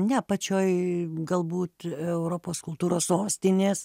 ne pačioj galbūt europos kultūros sostinės